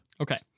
Okay